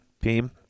team